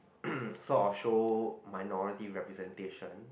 sort of show minority representation